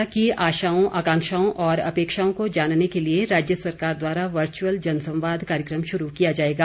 जनसंवाद प्रदेश की जनता की आशाओं आकांक्षाओं और अपेक्षाओं को जानने के लिए राज्य सरकार द्वारा वर्चुअल जनसंवाद कार्यक्रम शुरू किया जाएगा